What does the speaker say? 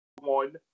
one